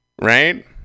Right